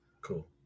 Cool